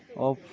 off